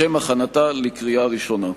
לשם הכנתה לקריאה ראשונה.